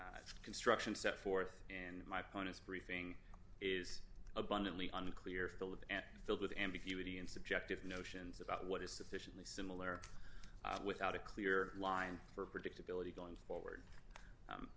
construction set forth and my point is briefing is abundantly unclear philip and filled with ambiguity and subjective notions about what is sufficiently similar without a clear line for predictability going forward